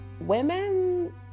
women